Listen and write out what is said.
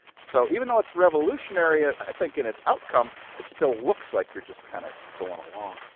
so even though it's revolutionary, i think, in its outcome, it still looks like you're just kind of going along.